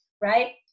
right